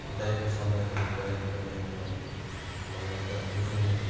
बिताएको समयहरू त्यो अहिले पनि हामीलाई मलाई त निकै नै